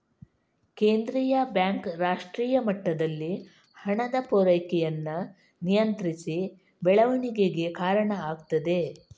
ಕೇಂದ್ರೀಯ ಬ್ಯಾಂಕ್ ರಾಷ್ಟ್ರೀಯ ಮಟ್ಟದಲ್ಲಿ ಹಣದ ಪೂರೈಕೆಯನ್ನ ನಿಯಂತ್ರಿಸಿ ಬೆಳವಣಿಗೆಗೆ ಕಾರಣ ಆಗ್ತದೆ